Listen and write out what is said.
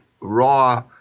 Raw